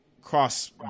cross